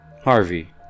Harvey